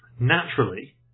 Naturally